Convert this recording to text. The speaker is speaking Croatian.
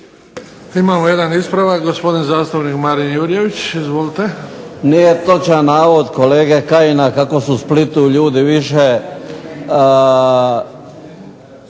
Imamo jedan ispravak, gospodin zastupnik Marin Jurjević. Izvolite. **Jurjević, Marin (SDP)** Nije točan navod kolege Kajina kako su u Splitu ljudi više